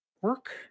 work